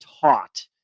taught